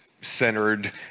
centered